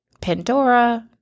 Pandora